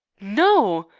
no!